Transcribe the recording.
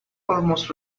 almost